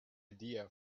idea